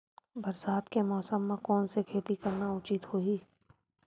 बरसात के मौसम म कोन से खेती करना उचित होही?